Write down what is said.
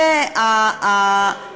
זה לא נכון.